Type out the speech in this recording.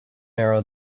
arrow